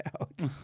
out